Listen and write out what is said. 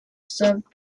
served